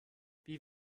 wie